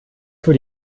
für